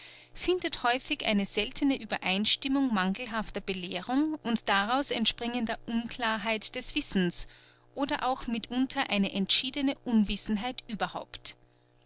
findet häufig eine seltene uebereinstimmung mangelhafter belehrung und daraus entspringender unklarheit des wissens oder auch mitunter eine entschiedene unwissenheit überhaupt